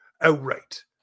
outright